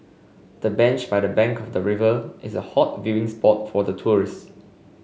the bench by the bank of the river is a hot viewing spot for tourists